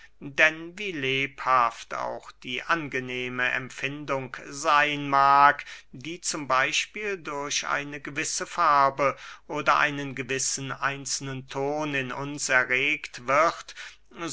denn wie lebhaft auch die angenehme empfindung seyn mag die z b durch eine gewisse farbe oder einen gewissen einzelnen ton in uns erregt wird